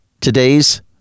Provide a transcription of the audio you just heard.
today's